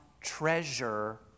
treasure